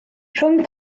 rhwng